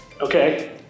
Okay